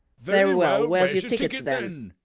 very well, where's your tickets then?